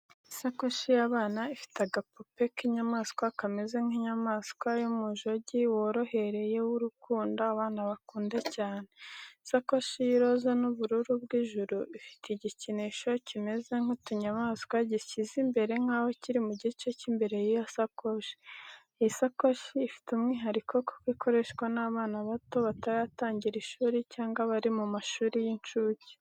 Isakoshi y’abana ifite agapupe k’inyamaswa kameze nk’inyamanswa ya umujogi worohereye w’urukundo abana bakunda cyane. Isakoshi y'iroza n'ubururu bw’ijuru ifite igikinisho kimeze nk’utunyamaswa (gishyizwe imbere nk'aho kiri mu gice cy’imbere cy’iyo sakoshi. Iyi sakoshi ifite umwihariko kuko ikoreshwa n’abana bato bataratangira ishuri cyangwa bari mu mashuri y’inshuke.